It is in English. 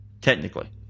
Technically